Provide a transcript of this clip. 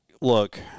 look